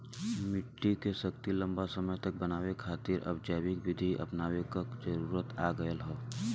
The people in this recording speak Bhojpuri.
मट्टी के शक्ति लंबा समय तक बनाये खातिर अब जैविक विधि अपनावे क जरुरत आ गयल हौ